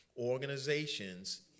organizations